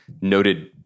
noted